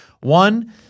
One